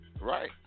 Right